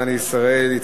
לישראל (גמלאות) (תיקון מס' 25),